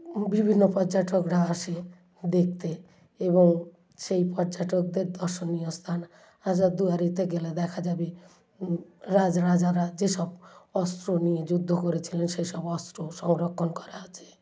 বিভিন্ন পর্যটকরা আসে দেখতে এবং সেই পর্যটকদের দর্শনীয় স্থান হাজারদুয়ারিতে গেলে দেখা যাবে রাজ রাজারা যেসব অস্ত্র নিয়ে যুদ্ধ করেছিল সেসব অস্ত্র সংরক্ষণ করা আছে